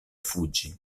fuĝi